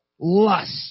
lust